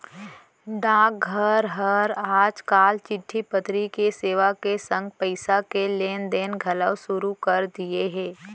डाकघर हर आज काल चिट्टी पतरी के सेवा के संग पइसा के लेन देन घलौ सुरू कर दिये हे